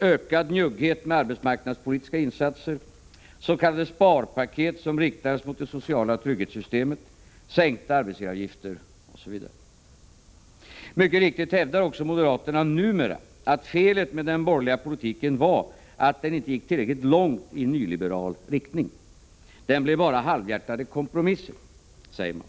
ökad njugghet med arbetsmarknadspolitiska insatser, s.k. sparpaket som riktades mot det sociala trygghetssystemet, sänkta arbetsgivaravgifter osv. Mycket riktigt hävdar också moderaterna att felet med den borgerliga politiken var att den inte gick tillräckligt långt i nyliberal riktning. Den blev bara halvhjärtade kompromisser, säger man.